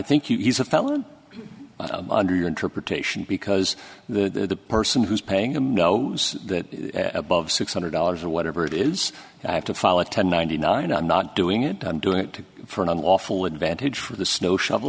think he's a felon under your interpretation because the person who's paying him know that above six hundred dollars or whatever it is i have to file a ten ninety nine i'm not doing it and doing it for an unlawful advantage for the snow shovel